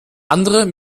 andere